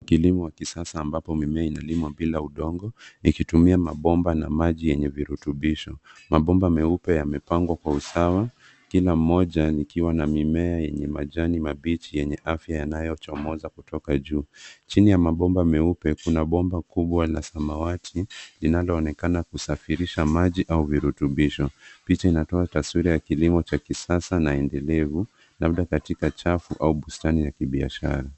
Kilimo wa kisasa ambao bila udongo likitumia mabomba na maji yenye urutubisho. Mabomba meupe yamepangwa kwa usawa kila mmoja likiwa na mimea yenye majani mabichi yenye afya yanayochomoza kutoka juu. Chini ya mabomba meupe kuna bomba kubwa la samawati linaloonekana kusafirisha maji au virutubisho. Picha inatoa taswira ya kilimo cha kisasa na endeleevu labda katika chafu au bustani ya kibiashara